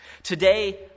Today